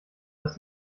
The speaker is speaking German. dass